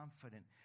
confident